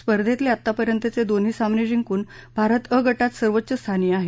स्पर्धेतले आतापर्यंतचे दोन्ही सामने जिंकून भारत अ गटात सर्वोच्च स्थानी आहे